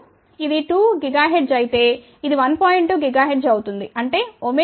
2 GHz అవుతుంది అంటే విలువ 2